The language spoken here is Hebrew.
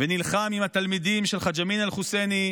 ונלחם עם התלמידים של חאג' אמין אל-חוסייני,